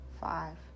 five